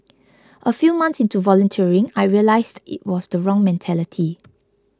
a few months into volunteering I realised it was the wrong mentality